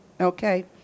okay